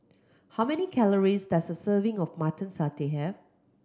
how many calories does a serving of Mutton Satay have